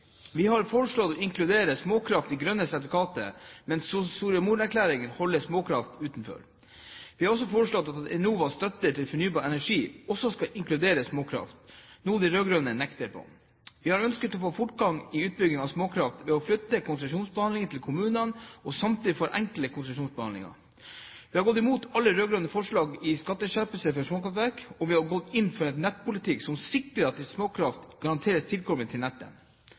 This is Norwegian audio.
Vi har foreslått å inkludere småkraft i grønne sertifikater, mens Soria Moria-erklæringen holder småkraft utenfor. Vi har foreslått at Enovas støtte til fornybar energi også skal inkludere småkraft, noe de rød-grønne nekter på. Vi har ønsket å få fortgang i utbyggingen av småkraft ved å flytte konsesjonsbehandlingen til kommunene og samtidig forenkle konsesjonsbehandlingen. Vi har gått imot alle rød-grønne forslag til skatteskjerpelse for småkraftverk, og vi har gått inn for en nettpolitikk som sikrer at småkraft garanteres tilkobling til nettet.